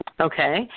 Okay